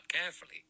carefully